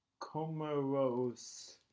Comoros